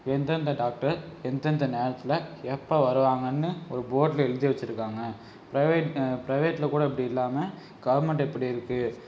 எந்தெந்த டாக்டர் எந்தெந்த நேரத்தில் எப்போ வருவாங்கன்னு ஒரு போர்டில் எழுதி வச்சுருக்காங்க பிரைவேட் பிரைவேட்டில் கூட இப்படி இல்லாமல் கவர்மெண்டில் இப்படி இருக்கு